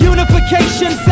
Unification